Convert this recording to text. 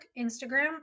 instagram